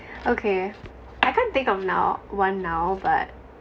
okay I can't think of now one now but